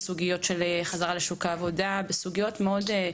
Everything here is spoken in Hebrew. של בקושי בחזרה לשוק העבודה ובסוגיות נוספות